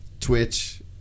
twitch